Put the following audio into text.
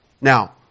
Now